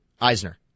Eisner